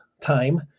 time